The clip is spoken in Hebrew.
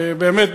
באמת,